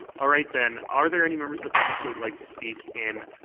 all right then. are there any members of the public who would like to speak in